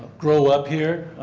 grow up here.